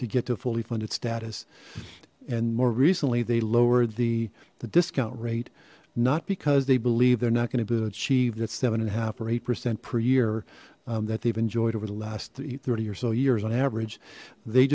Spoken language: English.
to get to a fully funded status and more recently they lowered the discount rate not because they believe they're not going to achieve that seven and a half or eight percent per year that they've enjoyed over the last three thirty or so years on average they